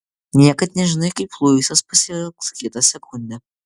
niekad nežinai kaip luisas pasielgs kitą sekundę